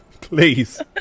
Please